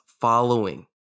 following